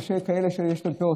כאלה שיש להם פאות,